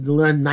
learn